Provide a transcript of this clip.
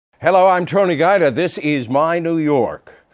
hello. i'm tony guida. this is my new york.